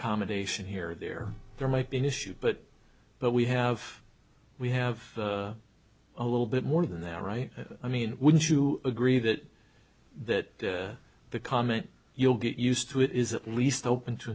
accommodation here or there there might be an issue but but we have we have a little bit more than that right i mean wouldn't you agree that that the comment you'll get used to it is at least open to